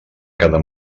cada